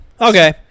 Okay